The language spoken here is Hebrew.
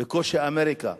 בקושי אמריקה,